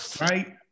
right